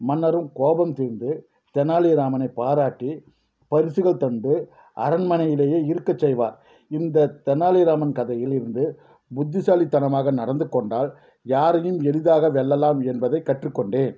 மன்னரும் கோபம் தீர்ந்து தெனாலிராமனைப் பாராட்டி பரிசுகள் தந்து அரண்மனையிலேயே இருக்கச் செய்வார் இந்த தெனாலிராமன் கதையில் இருந்து புத்திசாலித்தனமாக நடந்துக் கொண்டால் யாரையும் எளிதாக வெல்லலாம் என்பதைக் கற்றுக்கொண்டேன்